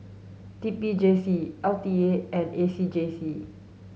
T P J C L T A and A C J C